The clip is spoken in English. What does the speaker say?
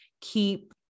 keep